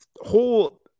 whole